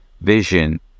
vision